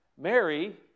Mary